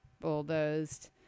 bulldozed